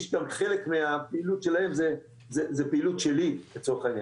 גם שחלק מהפעילות שלהם זה פעילות שלי לצורך העניין,